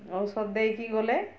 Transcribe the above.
ଔଷଧ ଦେଇକି ଗଲେ